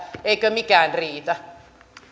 eikö mikään riitä